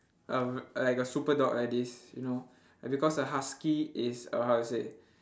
uh like a super dog like this you know because a husky is a how to say